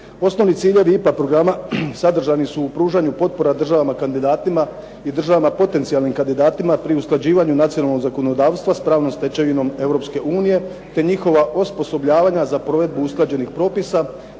Osnovni ciljevi IPA programa sadržani su u pružanju potpora državama kandidatima i državama potencijalnim kandidatima pri usklađivanju nacionalnog zakonodavstva s pravnom stečevinom Europske unije, te njihova osposobljavanja za provedbu usklađenih propisa,